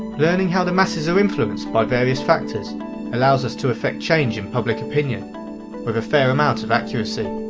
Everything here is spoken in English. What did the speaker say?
learning how the masses are influenced by various factors allows us to effect change in public opinion with a fair amount of accuracy.